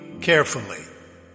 carefully